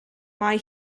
mae